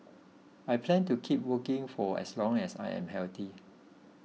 I plan to keep working for as long as I am healthy